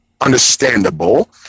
understandable